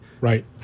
Right